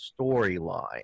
storyline